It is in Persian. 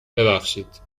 ببخشید